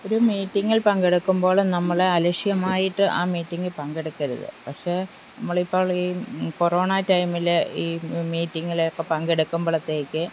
ഒരു മീറ്റിങ്ങിൽ പങ്കെടുക്കുമ്പോൾ നമ്മൾ അലക്ഷ്യമായിട്ട് ആ മീറ്റിങ്ങിൽ പങ്കെടുക്കരുത് പക്ഷേ നമ്മളിപ്പോൾ ഈ കൊറോണ ടൈമിൽ ഈ മീറ്റിങ്ങിലൊക്കെ പങ്കെടുക്കുമ്പോഴത്തേക്ക്